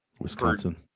Wisconsin